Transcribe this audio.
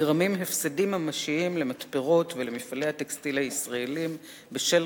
נגרמים הפסדים ממשיים למתפרות ולמפעלי הטקסטיל הישראליים בשל